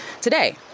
today